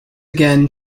again